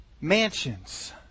Mansions